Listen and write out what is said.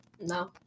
No